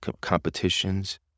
competitions